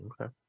Okay